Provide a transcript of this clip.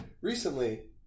Recently